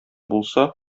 булса